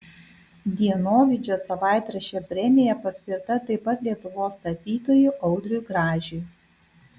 dienovidžio savaitraščio premija paskirta taip pat lietuvos tapytojui audriui gražiui